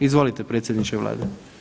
Izvolite predsjedniče Vlade.